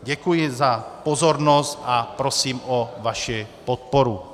Děkuji za pozornost a prosím o vaši podporu.